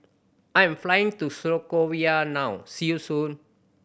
I am flying to Slovakia now see you soon